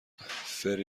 فری